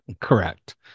correct